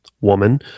woman